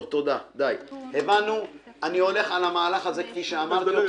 אני הולך על המהלך הזה כפי שאמרתי אותו,